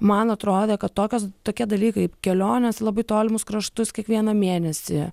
man atrodė kad tokios tokie dalykai kelionės į labai tolimus kraštus kiekvieną mėnesį